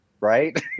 right